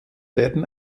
werden